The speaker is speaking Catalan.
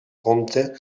compte